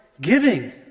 giving